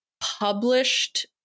published